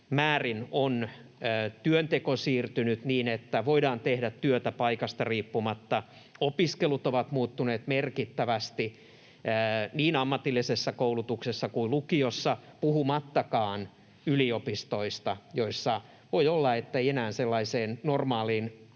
määrin on työnteko siirtynyt niin, että voidaan tehdä työtä paikasta riippumatta, opiskelut ovat muuttuneet merkittävästi niin ammatillisessa koulutuksessa kuin lukiossa, puhumattakaan yliopistoista, joissa voi olla, ettei enää palata koronan